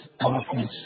office